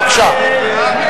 בבקשה.